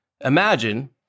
Imagine